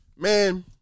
Man